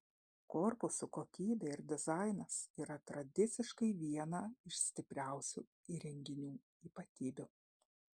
korpusų kokybė ir dizainas yra tradiciškai viena iš stipriausių įrenginių ypatybių